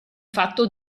fatto